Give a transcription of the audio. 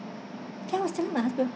then I was telling my husband